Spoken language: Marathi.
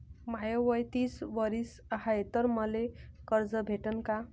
माय वय तीस वरीस हाय तर मले कर्ज भेटन का?